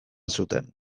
zuten